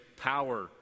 power